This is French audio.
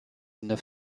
neuf